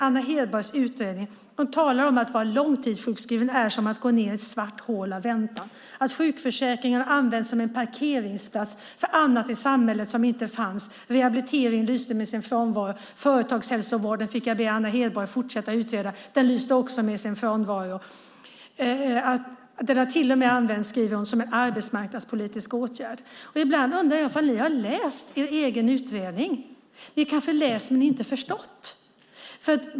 Anna Hedborg talar i sin utredning om att det är som att gå ned i ett svart hål av väntan att vara långtidssjukskriven och att sjukförsäkringen används som en parkeringsplats för sådant i samhället som den inte var avsedd för. Rehabiliteringen lyste med sin frånvaro, och företagshälsovården fick jag be Anna Hedborg att fortsätta utreda, för den lyste också med sin frånvaro. Sjukförsäkringen har till och med använts, skriver hon, som en arbetsmarknadspolitisk åtgärd. Ibland undrar jag om ni har läst er egen utredning. Ni har kanske läst men inte förstått.